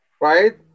right